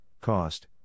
cost